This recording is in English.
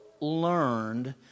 learned